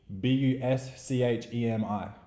B-U-S-C-H-E-M-I